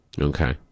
Okay